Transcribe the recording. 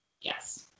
Yes